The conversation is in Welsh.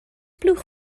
blwch